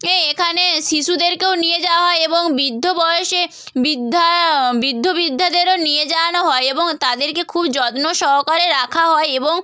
এখানে শিশুদেরকেও নিয়ে যাওয়া হয় এবং বৃদ্ধ বয়সে বৃদ্ধ বৃদ্ধ বৃদ্ধাদেরও নিয়ে যাওয়া হয় এবং তাদেরকে খুব যত্ন সহকারে রাখা হয় এবং